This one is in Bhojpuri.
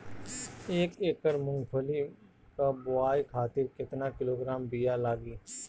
एक एकड़ मूंगफली क बोआई खातिर केतना किलोग्राम बीया लागी?